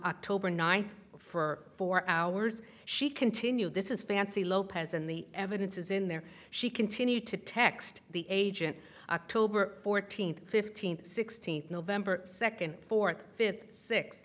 october ninth for four hours she continued this is fancy lopez and the evidence is in there she continued to text the agent october fourteenth fifteenth sixteenth november second fourth fifth six